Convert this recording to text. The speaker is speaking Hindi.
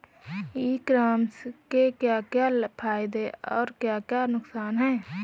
ई कॉमर्स के क्या क्या फायदे और क्या क्या नुकसान है?